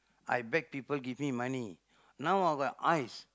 I beg people give me money now I got eyes